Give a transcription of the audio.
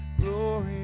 glory